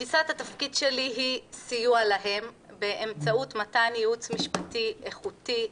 תפיסת התפקיד שלי היא סיוע להם באמצעות מתן ייעוץ משפטי איכותי,